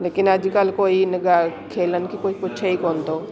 लेकिन अॼुकल्ह कोई हिन ॻाल्हि खेलनि खे कोई पुछे ई कोनि थो